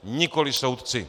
Nikoli soudci.